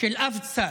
של אף צד.